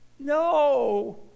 No